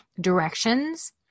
directions